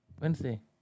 Wednesday